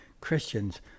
Christians